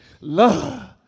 Love